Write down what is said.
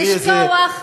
לשכוח מהפריפריה,